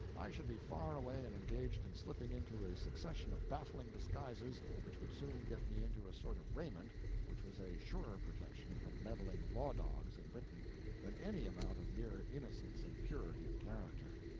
i should be far away and engaged in slipping into a succession of baffling disguises which would soon get me into a sort of raiment which was a surer protection from meddling law-dogs in britain than any amount of mere innocence and purity of character.